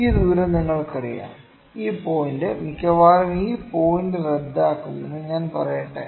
ഈ ദൂരം നിങ്ങൾക്കറിയാം ഈ പോയിന്റ് മിക്കവാറും ഈ പോയിന്റ് റദ്ദാക്കുമെന്ന് ഞാൻ പറയട്ടെ